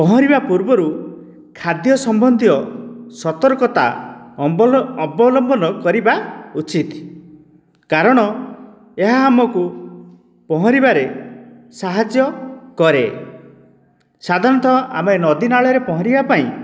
ପହଁରିବା ପୂର୍ବରୁ ଖାଦ୍ୟ ସମ୍ବନ୍ଧିୟ ସତର୍କତା ଅବଲମ୍ବନ କରିବା ଉଚିତ୍ କାରଣ ଏହା ଆମକୁ ପହଁରିବାରେ ସାହାଯ୍ୟ କରେ ସାଧାରଣତଃ ଆମେ ନଦୀ ନାଳରେ ପହଁରିବା ପାଇଁ